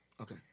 Okay